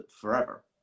forever